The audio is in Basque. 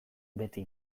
beti